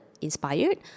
inspired